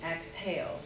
exhale